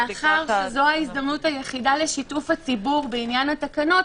מאחר שזו ההזדמנות היחידה לשיתוף הציבור בעניין התקנות,